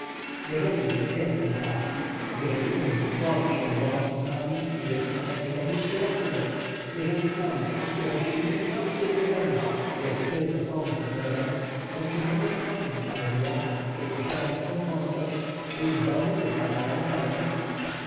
jeżeli więc jestem taki jeżeli umiem wysłowić się dwoma pismami i wykonać najzawilszy rachunek jeżeli znam wszystkie rośliny i wszystkie zwierzęta jakie tylko są pod niebem to czy możesz sądzić abym ja który posiadam taką mądrość był zdolny do zmarnowania majątku